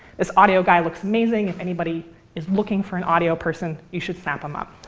this audio guy looks amazing. if anybody is looking for an audio person, you should snap him up.